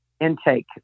intake